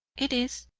it is,